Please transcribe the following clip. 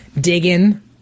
digging